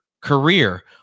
career